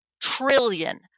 trillion